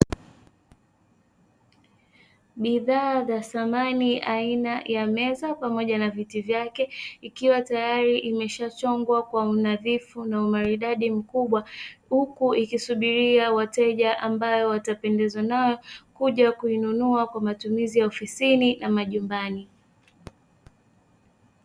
Bidhaa za samani aina ya meza pamoja na viti vyake ikiwa tayari imesha chongwa kwa unadhifu na umaridadi mkubwa, huku ikisubiria wateja ambao watapendezwa nayo kuja kuinunua kwa matumizi ya ofisini na majumbani.